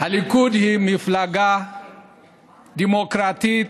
הליכוד היא מפלגה דמוקרטית,